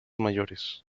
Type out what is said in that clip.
mayores